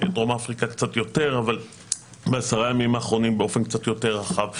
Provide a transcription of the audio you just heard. דרום אפריקה קצת יותר באופן קצת יותר רחב.